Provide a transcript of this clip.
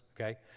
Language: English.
Okay